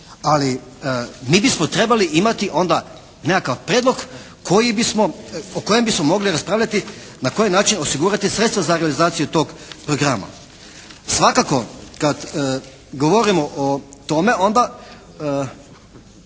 ali mi bismo trebali imati onda nekakav prijedlog o kojem bismo mogli raspravljati na koji način osigurati sredstva za realizaciju tog programa. Svakako kad govorimo o tome onda